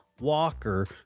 Walker